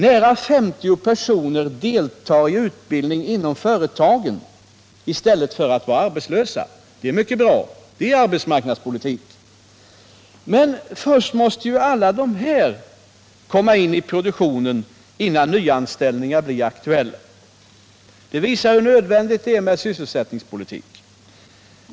Nära 50 000 personer deltar i utbildning inom företagen i stället för att vara arbetslösa. Det är bra, och det är arbetsmarknadspolitik. Men först måste alla dessa komma in i produktionen innan nyanställningar blir aktuella. Detta visar hur nödvändigt det är med sysselsättningspolitik.